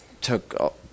took